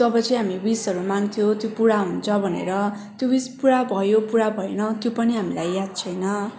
तब चाहिँ हामी विसहरू माग्थ्यो त्यो विस पुरा हुन्छ भनेर त्यो विस पुरा भयो पुरा भएन त्यो पनि हामीलाई याद छैन